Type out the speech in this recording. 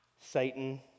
Satan